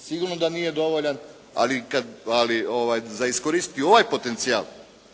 sigurno da nije dovoljan ali za iskoristiti ovaj potencijal.